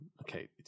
okay